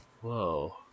Whoa